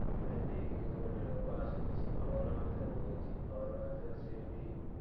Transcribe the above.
even ବି ଯୋଉ ଗୋଟେ ଲୋକ ଆସୁଛି ସେ ଖବରକାଗଜ ଦେଉଛି ଖବରକାଗଜ ସିଏ ବି